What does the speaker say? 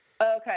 Okay